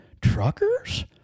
Truckers